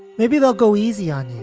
maybe they'll go easy on you.